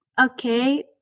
Okay